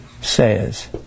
says